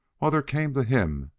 while there came to him,